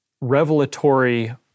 revelatory